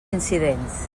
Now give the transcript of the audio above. incidents